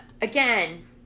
again